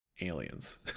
aliens